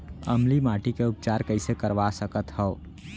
अम्लीय माटी के उपचार कइसे करवा सकत हव?